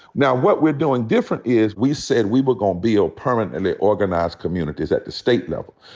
now what we're doing different is we said we were gonna be a permanently organized communities at the state level.